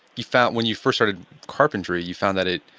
you found when you first started carpentry you found that it